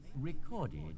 recorded